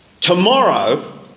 tomorrow